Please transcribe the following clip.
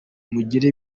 mugire